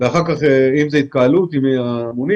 אחר כך אם זו התקהלות, אם היא המונית.